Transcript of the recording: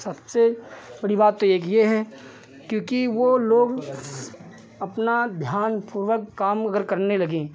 सबसे बड़ी बात तो एक यह है क्योंकि वह लोग अपना ध्यानपूर्वक काम अगर करने लगें